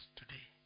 today